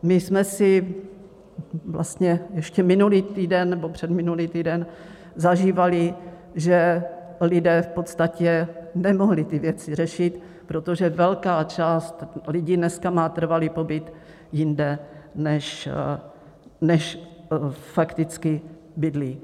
My jsme si vlastně ještě minulý nebo předminulý týden zažívali, že lidé v podstatě nemohli ty věci řešit, protože velká část lidí dneska má trvalý pobyt jinde, než fakticky bydlí.